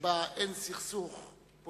אני מזמין את יושב-ראש